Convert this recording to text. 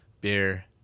beer